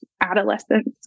adolescence